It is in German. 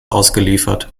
ausgeliefert